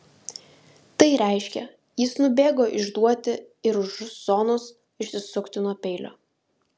tai reiškė jis nubėgo išduoti ir už zonos išsisukti nuo peilio